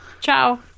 Ciao